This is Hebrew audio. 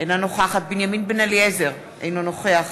אינה נוכחת בנימין בן-אליעזר, אינו נוכח